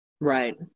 right